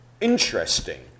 interesting